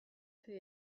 für